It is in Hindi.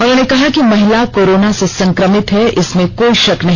उन्होंने कहा कि महिला कोरोना से संक्रमित है इसमें कोई शक नहीं